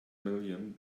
million